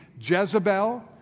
Jezebel